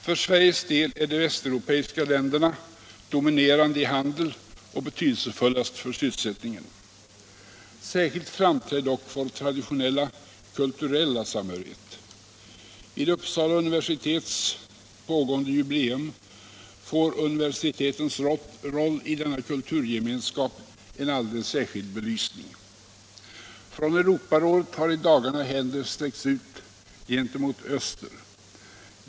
För Sveriges del är de västeuropeiska länderna dominerande i handeln och betydelsefullast för sysselsättningen. Särskilt framträder dock vår traditionella kulturella samhörighet. Vid Uppsala universitets pågående jubileum får universitetens roll i denna kulturgemenskap en alldeles särskild belysning. Från Europarådet har i dagarna händer sträckts ut gentemot öster.